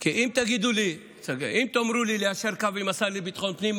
כי אם תאמרו לי ליישר קו עם השר לביטחון הפנים,